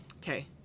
Okay